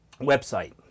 website